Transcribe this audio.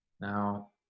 Now